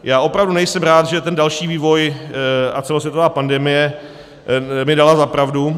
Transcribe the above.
Já opravdu nejsem rád, že ten další vývoj a celosvětová pandemie mi dala za pravdu.